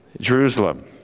Jerusalem